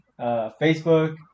Facebook